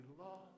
lost